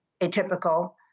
atypical